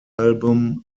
album